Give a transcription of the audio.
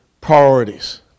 priorities